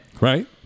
Right